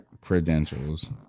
credentials